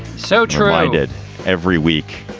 so true. i did every week.